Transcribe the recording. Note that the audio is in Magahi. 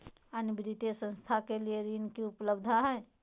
अन्य वित्तीय संस्थाएं के लिए ऋण की उपलब्धता है?